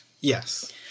Yes